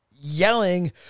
yelling